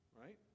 right